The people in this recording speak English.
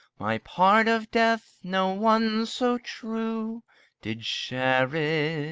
my part of death, no one so true did share it.